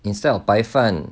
instead of 白饭